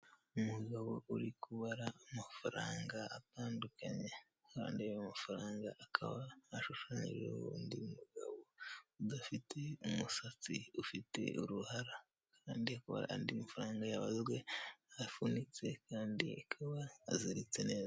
Umugabo uri kubara amafaranga atandukanye. kandi ayo mafaranga akaba ashushanyije undi mugabo udafite umusatsi, ufite uruhara. Kandi kora andi mafaranga yabazwe afunitse kandi akaba aziritse neza.